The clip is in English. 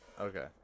Okay